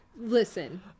Listen